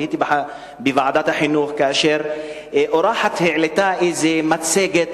הייתי בוועדת החינוך כאשר אורחת העלתה איזו מצגת